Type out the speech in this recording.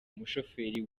umushoferi